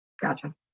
Gotcha